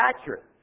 accurate